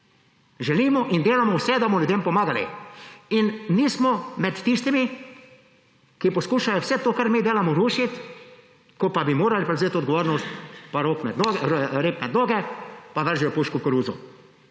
Želimo in delamo vse, da bomo ljudem pomagali. In nismo med tistimi, ki poskušajo vse to, kar mi delamo, rušiti, ko pa bi morali prevzeti odgovornost, pa rep med noge pa vržejo puško v koruzo.